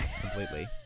completely